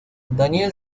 daniel